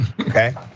Okay